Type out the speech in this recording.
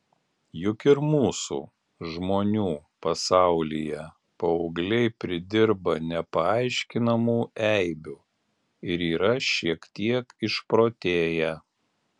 juk ir mūsų žmonių pasaulyje paaugliai pridirba nepaaiškinamų eibių ir yra šiek tiek išprotėję